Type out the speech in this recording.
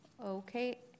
Okay